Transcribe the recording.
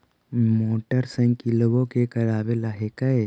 मोटरसाइकिलवो के करावे ल हेकै?